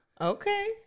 Okay